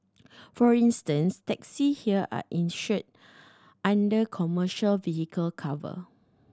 for instance taxis here are insured under commercial vehicle cover